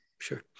sure